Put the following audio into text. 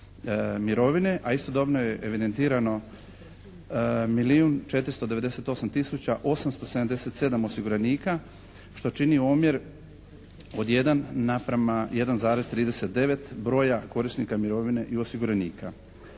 a istodobno je evidentirano milijun 498 tisuća 877 osiguranika, što čini omjer od 1 naprema 1,39 broja korisnika mirovine i osiguranika.